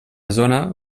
zona